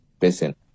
person